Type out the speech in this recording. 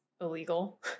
illegal